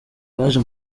baje